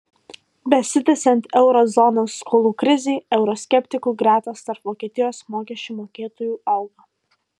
besitęsiant euro zonos skolų krizei euroskeptikų gretos tarp vokietijos mokesčių mokėtojų auga